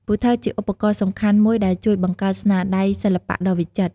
ពូថៅជាឧបករណ៍សំខាន់មួយដែលជួយបង្កើតស្នាដៃសិល្បៈដ៏វិចិត្រ។